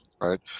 right